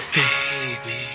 baby